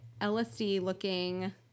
LSD-looking